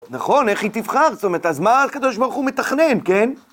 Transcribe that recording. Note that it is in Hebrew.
נכון, איך היא תבחר? זאת אומרת, אז מה הקדוש ברוך הוא מתכנן, כן?